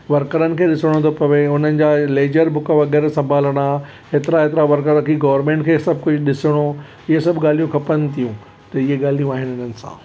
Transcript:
वर्करनि खे ॾिसणो थो पवे उन्हनि जा लेजर बुक वग़ैरह सम्भालणा हेतिरा हेतिरा वर्कर कि गवर्नमेंट खे सभु कुझु ॾिसणो इहे सभु ॻाल्हियूं खपनि थियूं त इहे ॻाल्हियूं आहिनि हिननि सां